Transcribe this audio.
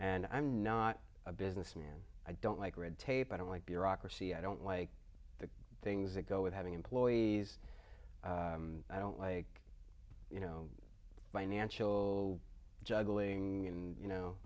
and i'm not a businessman i don't like red tape i don't like bureaucracy i don't like the things that go with having employees i don't like you know financial juggling and you know